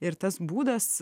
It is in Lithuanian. ir tas būdas